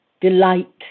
delight